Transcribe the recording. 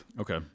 okay